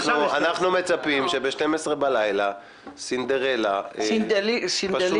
אנחנו מצפים שב-24:00 בלילה סינדרלה פשוט